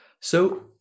So-